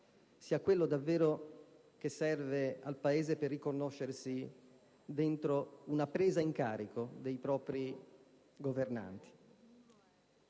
sia quello che davvero serve al Paese per riconoscersi dentro una presa in carico dei propri governanti.